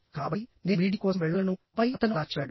కాబట్టినేను మీడియం కోసం వెళ్ళగలను ఆపై అతను అలా చెప్పాడు